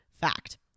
fact